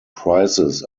prizes